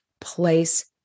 place